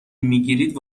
میگیرید